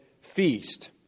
feast